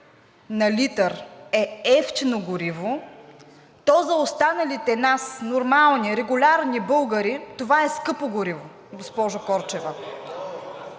на литър е евтино гориво, то за останалите от нас – нормални, регулярни българи, това е скъпо гориво, госпожо Корчева.